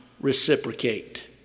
reciprocate